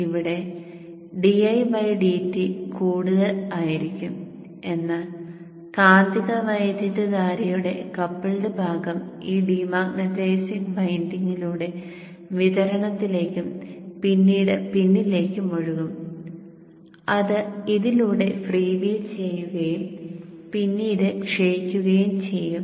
അവിടെ didt കൂടുതൽ ആയിരിക്കും എന്നാൽ കാന്തിക വൈദ്യുതധാരയുടെ കപ്പിൾഡ് ഭാഗം ഈ ഡീമാഗ്നറ്റൈസിംഗ് വിൻഡിംഗിലൂടെ വിതരണത്തിലേക്കും പിന്നീട് പിന്നിലേക്കും ഒഴുകും അത് ഇതിലൂടെ ഫ്രീ വീൽ ചെയ്യുകയും പിന്നീട് ക്ഷയിക്കുകയും ചെയ്യും